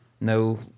No